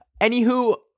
Anywho